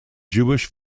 jewish